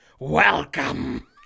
Welcome